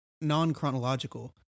non-chronological